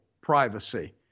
privacy